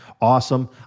Awesome